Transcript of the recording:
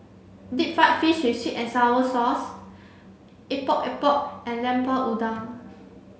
deep fried fish with sweet and sour sauce Epok Epok and Lemper Udang